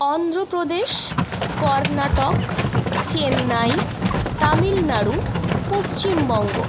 Andhra Pradesh Karnataka Chennai Tamil Nadu Paschimbanga